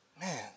Man